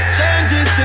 Changes